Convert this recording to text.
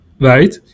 right